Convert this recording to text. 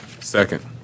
Second